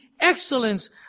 excellence